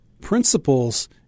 Principles